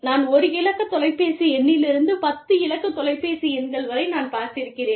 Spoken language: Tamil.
நான் 1 இலக்க தொலைபேசி எண்ணிலிருந்து 10 இலக்க தொலைபேசி எண்கள் வரை நான் பார்த்திருக்கிறேன்